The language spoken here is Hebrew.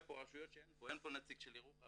אין פה נציג של ירוחם,